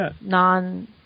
non